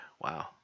Wow